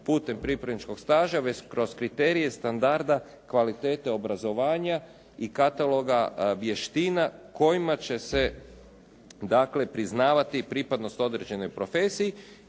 putem pripravničkog staža, već kroz kriterije standarda kvalitete obrazovanja i kataloga vještina kojima će se dakle priznavati pripadnost određenoj profesiji